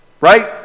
right